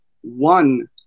one